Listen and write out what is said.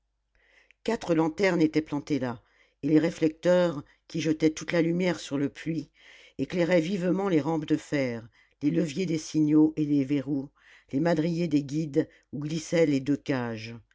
quatre lanternes étaient plantées là et les réflecteurs qui jetaient toute la lumière sur le puits éclairaient vivement les rampes de fer les leviers des signaux et des verrous les madriers des guides où glissaient les deux cages